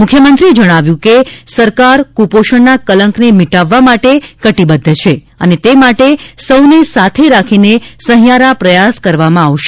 મુખ્યમંત્રીએ જણાવ્યું હતું કે સરકાર કુપોષજ઼ના કલંકને મિટાવવા માટે કટિબદ્ધ છે અને તે માટે સૌને સાથે રાખીના સહિયારા પ્રયાસ કરવામાં આવશે